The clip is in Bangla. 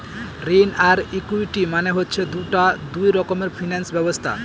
ঋণ আর ইকুইটি মানে হচ্ছে দুটা দুই রকমের ফিনান্স ব্যবস্থা